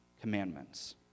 commandments